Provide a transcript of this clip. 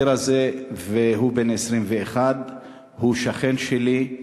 בן 21. הוא שכן שלי,